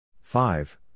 five